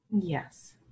Yes